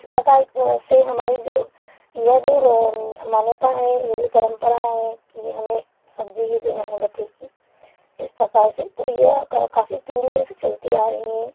इस प्रकार से हमारी जो यह जो मान्यता है ये जो परंपरा है कि हमें सब्जी ही देना है गट्टे की इस प्रकार से तो यह काफ़ी पीढ़ियों से चलती आ रही हैं